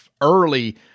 early